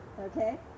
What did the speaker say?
Okay